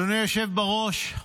אדוני היושב בראש,